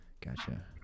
Gotcha